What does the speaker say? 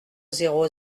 zéro